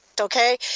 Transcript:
Okay